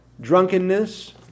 drunkenness